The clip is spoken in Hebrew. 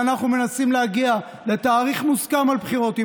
שאנחנו מנסים להגיע עם האופוזיציה לתאריך מוסכם על בחירות,